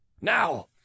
Now